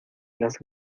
las